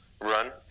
run